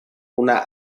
una